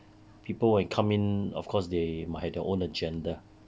people when come in of course they might have their own agenda